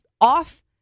off